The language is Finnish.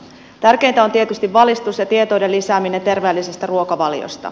tärkeintä on tietysti valistus ja tietouden lisääminen terveellisestä ruokavaliosta